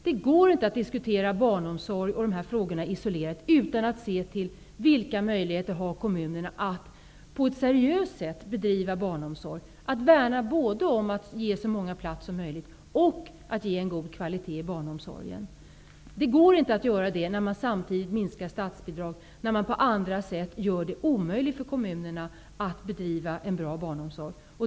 Det går inte att diskutera barnomsorg och liknande frågor isolerat utan att se till kommunernas möjligheter att på ett seriöst sätt bedriva barnomsorg, att värna både om att ge så många som möjligt plats och om att ge en god kvalitet i barnomsorgen. Detta går inte att genomföra, när man samtidigt minskar statsbidragen och på andra sätt gör det omöjligt för kommunerna att bedriva en bra barnomsorg.